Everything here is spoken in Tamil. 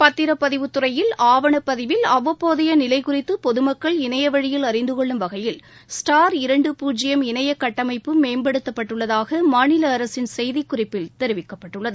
பத்திரப்பதிவுத்துறையில் ஆவணப்பதிவில் அவ்வப்போதைய நிலை குறித்து பொதுமக்கள் இணையவழியில் அறிந்தகொள்ளும் வகையில் ஸ்டார் மேம்படுத்தப்பட்டுள்ளதாக மாநில அரசின் செய்திக்குறிப்பில் தெரிவிக்கப்பட்டுள்ளது